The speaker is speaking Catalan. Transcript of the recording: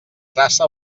traça